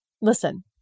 listen